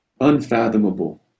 unfathomable